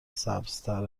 سبزتر